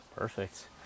Perfect